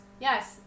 Yes